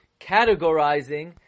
categorizing